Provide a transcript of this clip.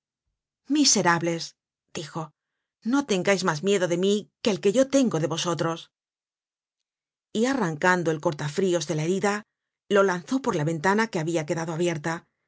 miserables dijo no tengais mas miedo de mí que el que yo tengo de vosotros y arrancando el corta frios de la herida lo lanzó por la ventana que habia quedado abierta